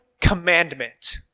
commandment